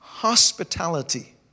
hospitality